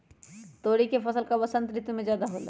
तोरी के फसल का बसंत ऋतु में ज्यादा होला?